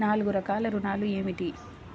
నాలుగు రకాల ఋణాలు ఏమిటీ?